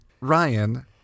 Ryan